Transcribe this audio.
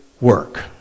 work